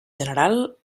general